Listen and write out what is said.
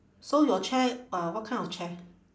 so your chair uh what kind of chair